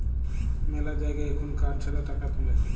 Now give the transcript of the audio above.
মেলা জায়গায় এখুন কার্ড ছাড়া টাকা তুলে